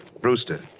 Brewster